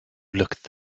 looked